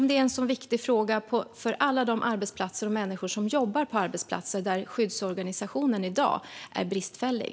Det är en så viktig fråga för alla de arbetsplatser och människor som jobbar på arbetsplatser där skyddsorganisationen i dag är bristfällig.